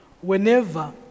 whenever